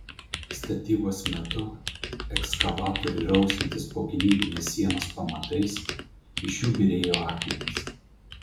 statybos metu ekskavatoriui rausiantis po gynybinės sienos pamatais iš jų byrėjo akmenys